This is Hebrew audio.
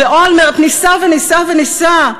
ואולמרט ניסה וניסה וניסה,